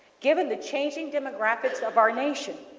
given the changing demographics of our nation,